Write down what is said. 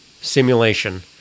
simulation